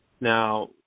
Now